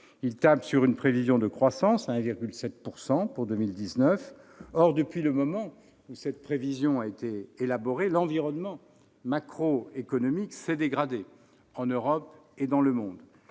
Il table sur une prévision de croissance à 1,7 % pour 2019. Or, depuis le moment où cette prévision a été élaborée, l'environnement macroéconomique s'est dégradé en Europe et dans le monde.